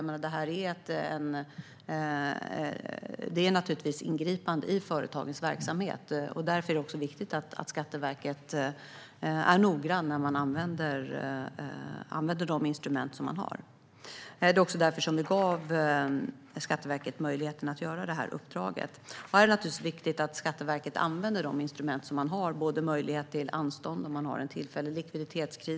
Detta är naturligtvis ett ingripande i företagens verksamhet. Därför är det viktigt att Skatteverket är noggrant när man använder de instrument som man har. Det är också därför som vi gav Skatteverket möjligheten att göra detta uppdrag. Det är naturligtvis viktigt att Skatteverket använder de instrument som man har. Det handlar om möjlighet till anstånd om det är en tillfällig likviditetskris.